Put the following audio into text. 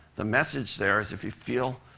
the message there is, if you feel